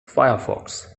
firefox